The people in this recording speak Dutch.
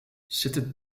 zitten